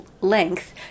length